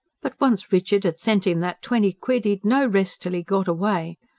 but once richard had sent im that twenty quid, he'd no rest till he got away.